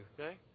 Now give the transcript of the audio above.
okay